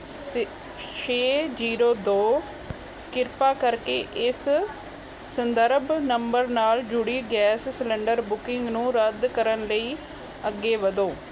ਸਿਕ ਛੇ ਜ਼ੀਰੋ ਦੋ ਕਿਰਪਾ ਕਰਕੇ ਇਸ ਸੰਦਰਭ ਨੰਬਰ ਨਾਲ ਜੁੜੀ ਗੈਸ ਸਿਲੰਡਰ ਬੁਕਿੰਗ ਨੂੰ ਰੱਦ ਕਰਨ ਲਈ ਅੱਗੇ ਵਧੋ